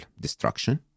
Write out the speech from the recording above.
destruction